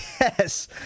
Yes